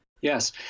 Yes